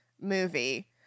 movie